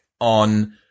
on